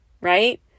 right